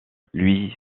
lui